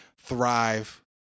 thrive